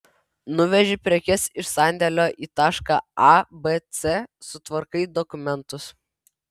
nuveži prekes iš sandėlio į tašką a b c sutvarkai dokumentus